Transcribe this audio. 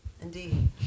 Indeed